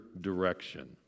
direction